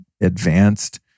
advanced